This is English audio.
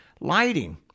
lighting